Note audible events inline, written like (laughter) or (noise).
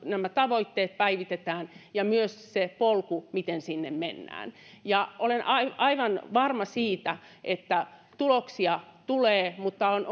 nämä tavoitteet päivitetään myös se polku miten sinne mennään olen aivan aivan varma siitä että tuloksia tulee mutta on (unintelligible)